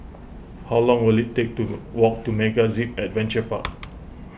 how long will it take to walk to MegaZip Adventure Park